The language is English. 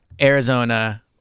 Arizona